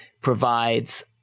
provides